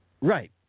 right